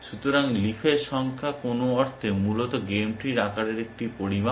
সুতরাং লীফের সংখ্যা কোনো অর্থে মূলত গেম ট্রির আকারের একটি পরিমাপ